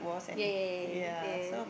ya ya ya ya ya ya